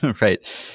right